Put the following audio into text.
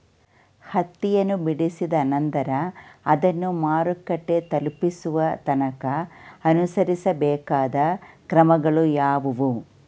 ಹತ್ತಿಯನ್ನು ಬಿಡಿಸಿದ ನಂತರ ಅದನ್ನು ಮಾರುಕಟ್ಟೆ ತಲುಪಿಸುವ ತನಕ ಅನುಸರಿಸಬೇಕಾದ ಕ್ರಮಗಳು ಯಾವುವು?